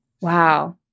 Wow